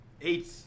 Eight